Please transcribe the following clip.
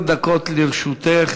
עשר דקות לרשותך.